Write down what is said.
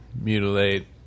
mutilate